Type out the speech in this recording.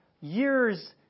Years